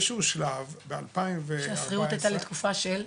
באיזה שהוא שלב --- שהשכירות הייתה לתקופה של?